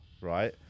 right